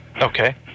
okay